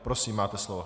Prosím, máte slovo.